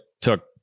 took